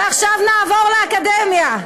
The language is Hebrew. ועכשיו נעבור לאקדמיה,